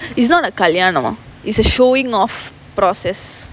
it is not a கல்யாணம்:kalyanam it's a showing off process